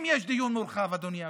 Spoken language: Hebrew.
אם יש דיון מורחב, אדוני היושב-ראש,